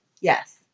Yes